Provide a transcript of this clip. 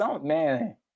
man